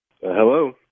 Hello